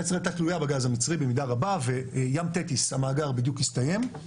ישראל הייתה תלויה בגז המצרי במידה רבה וים תטיס המאגר בדיוק הסתיים,